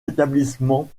établissements